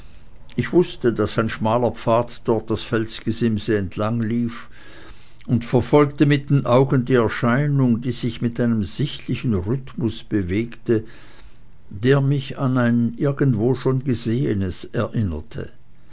ich wußte daß ein schmaler pfad dort das felsgesimse entlanglief und verfolgte mit den augen die erscheinung die sich mit einem sichtlichen rhythmus bewegte der mich an ein irgendwo schon gesehenes erinnerte